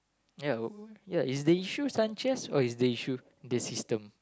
ya ya is they shoo Sanchez or is they shoo the system